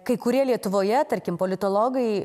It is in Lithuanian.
kai kurie lietuvoje tarkim politologai